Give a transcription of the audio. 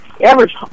average